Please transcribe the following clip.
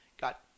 got